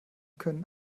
können